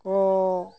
ᱠᱚᱻ